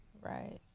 Right